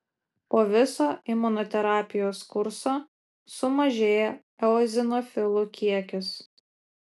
po viso imunoterapijos kurso sumažėja eozinofilų kiekis